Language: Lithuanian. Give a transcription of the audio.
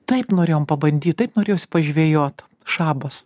taip norėjom pabandyt taip norėjosi pažvejot šabas